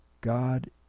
God